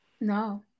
No